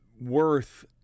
worth